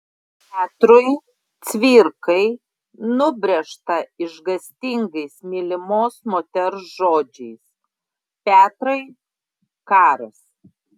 petrui cvirkai nubrėžta išgąstingais mylimos moters žodžiais petrai karas